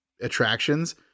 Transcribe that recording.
attractions